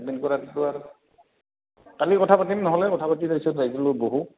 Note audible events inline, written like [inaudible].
[unintelligible] কৰাটো আৰ কালি কথা পাতিম নহ'লে কথা পাতি তাৰছত ৰাইজৰ লগত বহোঁ